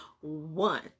one